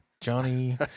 Johnny